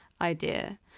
idea